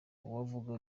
uwavuga